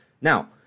Now